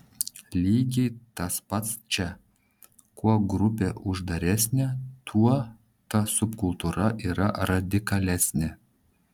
lygiai tas pats čia kuo grupė uždaresnė tuo ta subkultūra yra radikalesnė